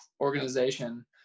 organization